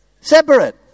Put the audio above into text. Separate